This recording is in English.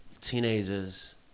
teenagers